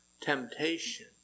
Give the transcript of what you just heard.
temptation